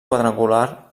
quadrangular